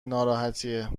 ناراحتیه